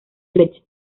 flecha